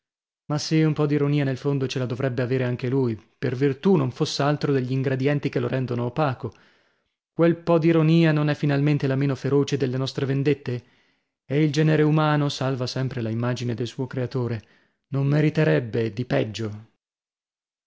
ma sì un po d'ironia nel fondo ce la dovrebbe avere anche lui per virtù non foss'altro degl'ingredienti che lo rendono opaco quel po d'ironia non è finalmente la meno feroce delle nostre vendette e il genere umano salva sempre la immagine del suo creatore non meriterebbe di peggio